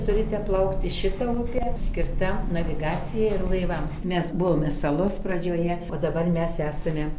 turite plaukti šita upė skirta navigacijai ir laivams mes buvome salos pradžioje o dabar mes esame